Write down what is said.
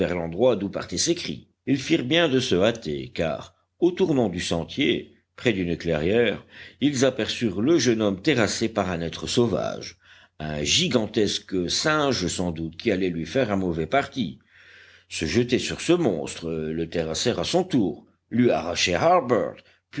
l'endroit d'où partaient ces cris ils firent bien de se hâter car au tournant du sentier près d'une clairière ils aperçurent le jeune garçon terrassé par un être sauvage un gigantesque singe sans doute qui allait lui faire un mauvais parti se jeter sur ce monstre le terrasser à son tour lui arracher